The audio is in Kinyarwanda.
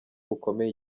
bukomeye